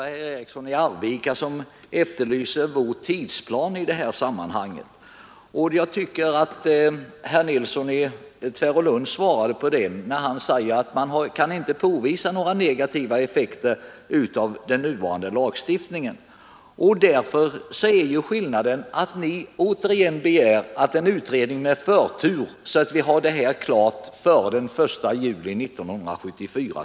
Herr talman! Herr Eriksson i Arvika efterlyste en god tidtabell i detta sammanhang. Jag tycker att herr Nilsson i Tvärålund svarade på det när han sade att man inte kan påvisa några negativa effekter av den nuvarande lagstiftningen. Ni begär alltså återigen att en utredning med förtur skall ta upp detta spörsmål så att förslag kan föreligga den 1 juli 1974.